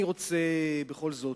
אני רוצה בכל זאת,